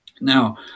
Now